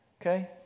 Okay